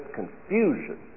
confusion